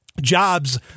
jobs